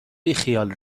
بیخیال